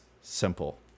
simple